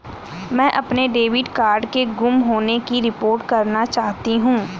मैं अपने debit card के गुम होने की रिपोर्ट करना चाहती हूँ